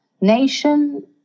nation